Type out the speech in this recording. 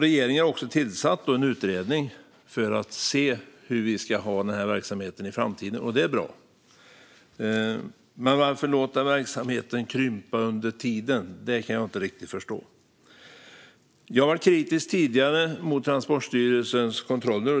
Regeringen har tillsatt en utredning för att se hur vi ska ha det med denna verksamhet i framtiden, och det är bra. Men varför låta verksamheten krympa under tiden? Det kan jag inte riktigt förstå. Jag har tidigare varit kritisk mot Transportstyrelsens kontroller.